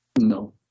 No